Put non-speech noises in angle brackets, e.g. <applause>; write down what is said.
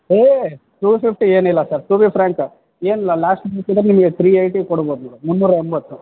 ಏ two fifty ಏನಿಲ್ಲ sir to be frank ಏನಿಲ್ಲ ಲಾಸ್ಟ್ <unintelligible> ನಿಮಗೆ ತ್ರೀ ಏಯ್ಟಿ ಕೊಡ್ಬೌದು ಇದು ಮುನ್ನೂರ ಎಂಬತ್ತು